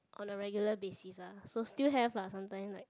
on a regular basis ah so still have lah sometime like